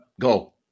Go